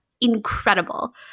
incredible